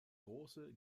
große